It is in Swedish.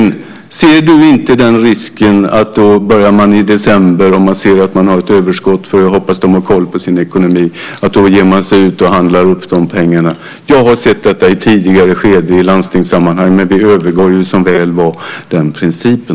Ser du inte risken att man om man i december ser att man har ett överskott, för jag hoppas att de har koll på sin ekonomi, börjar handla upp de pengarna? Jag har sett detta i tidigare skede i landstingssammanhang. Men vi övergav som väl var den principen.